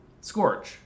Scorch